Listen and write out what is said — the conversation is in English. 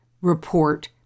report